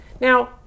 now